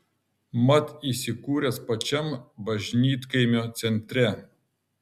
mat įsikūręs pačiam bažnytkaimio centre